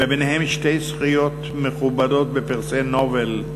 וביניהם שתי זכיות מכובדות בפרסי נובל,